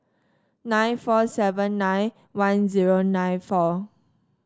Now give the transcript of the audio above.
nine four seven nine one zero nine four